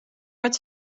het